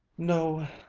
no